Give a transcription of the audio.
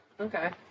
okay